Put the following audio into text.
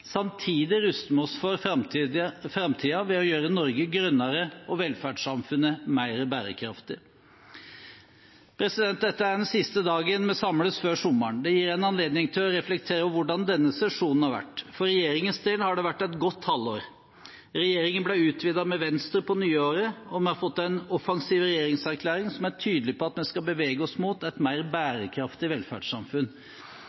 Samtidig ruster vi oss for framtiden ved å gjøre Norge grønnere og velferdssamfunnet mer bærekraftig. Dette er den siste dagen vi samles før sommeren. Det gir en anledning til å reflektere over hvordan denne sesjonen har vært. For regjeringens del har det vært et godt halvår. Regjeringen ble utvidet med Venstre på nyåret, og vi har fått en offensiv regjeringserklæring som er tydelig på at vi skal bevege oss mot et mer